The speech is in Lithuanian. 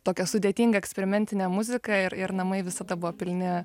tokią sudėtingą eksperimentinę muziką ir ir namai visada buvo pilni